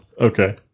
Okay